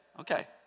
Okay